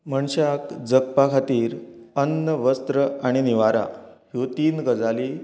मनशाक जगपा खातीर अन्न वस्त्र आनी निवारा ह्यो तीन गजालीं